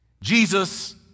Jesus